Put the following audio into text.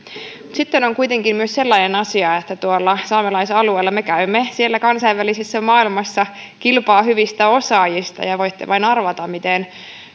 sitten on kuitenkin myös sellainen asia että tuolla saamelaisalueella me käymme kansainvälisessä maailmassa kilpaa hyvistä osaajista ja voitte vain arvata miten